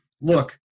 look